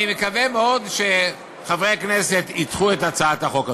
ואני מקווה מאוד שחברי הכנסת ידחו את הצעת החוק הזו.